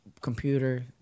computer